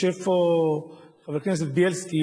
יושב פה חבר הכנסת בילסקי,